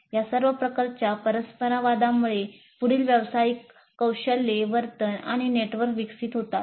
या सर्व प्रकारच्या परस्परसंवादामुळे पुढील व्यावसायिक कौशल्ये वर्तन आणि नेटवर्क विकसित होतात